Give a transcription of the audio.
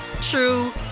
true